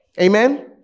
Amen